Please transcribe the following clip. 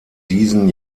diesen